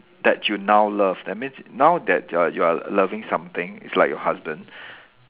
that you now love that means now that uh you are loving something it's like your husband